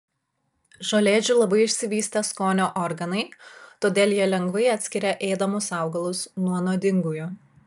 žolėdžių labai išsivystę skonio organai todėl jie lengvai atskiria ėdamus augalus nuo nuodingųjų